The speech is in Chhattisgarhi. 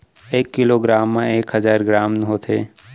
एक किलो ग्राम मा एक हजार ग्राम होथे